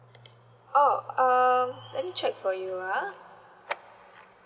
oh um let me check for you ah